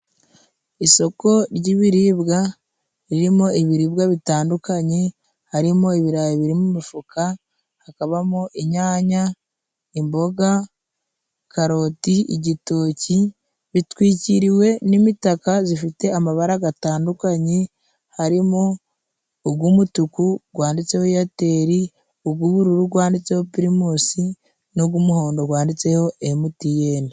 Isoko ry'ibiribwa ririmo ibiribwa bitandukanye harimo ibirayi biri mumifuka hakabamo inyanya, imboga, karoti igitoki ,bitwikiriwe n'imitaka zifite amabara gatandukanye harimo ug'umutuku gwanditseho eyateli ug'ubururu gwanditseho pirimusi nug'umuhondo gwanditseho emutiyene.